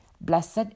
Blessed